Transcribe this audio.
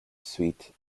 suite